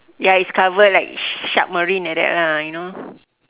ya it's cover like shark marine like that lah you know